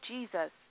Jesus